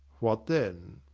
what then?